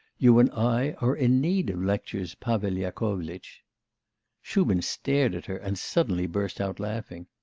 you and i are in need of lectures, pavel yakovlitch shubin stared at her, and suddenly burst out laughing.